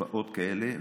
תופעות כאלה,